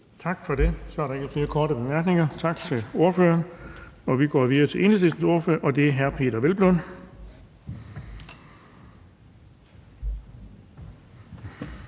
Tak for det. Så er der ikke flere korte bemærkninger. Tak til ordføreren. Vi går videre til Enhedslistens ordfører, og det er hr. Peder Hvelplund.